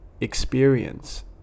experience